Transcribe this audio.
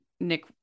Nick